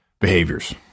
behaviors